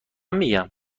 میگم